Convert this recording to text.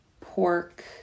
pork